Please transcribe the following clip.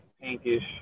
pinkish